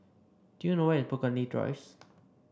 do you know where is Burgundy drives